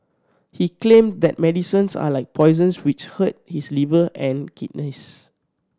he claim that medicines are like poisons which hurt his liver and kidneys